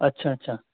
اچھا اچھا